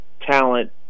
talent